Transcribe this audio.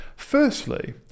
Firstly